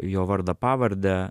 jo vardą pavardę